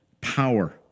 power